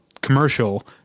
commercial